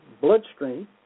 bloodstream